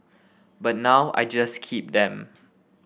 but now I just keep them